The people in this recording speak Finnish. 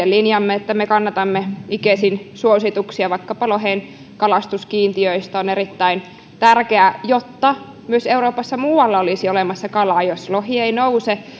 linjamme että me kannatamme icesin suosituksia vaikkapa lohen kalastuskiintiöistä on erittäin tärkeä jotta myös muualla euroopassa olisi olemassa kalaa jos lohi ei nouse